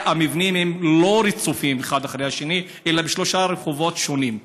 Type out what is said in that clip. המבנים הם לא רצופים אחד אחרי השני אלא בשלושה רחובות שונים.